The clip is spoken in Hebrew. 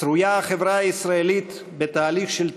שרויה החברה הישראלית בתהליך של תהייה,